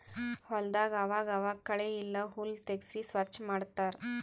ಹೊಲದಾಗ್ ಆವಾಗ್ ಆವಾಗ್ ಕಳೆ ಇಲ್ಲ ಹುಲ್ಲ್ ತೆಗ್ಸಿ ಸ್ವಚ್ ಮಾಡತ್ತರ್